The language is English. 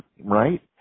right